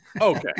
Okay